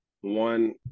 one